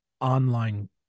online